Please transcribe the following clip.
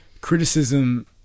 criticism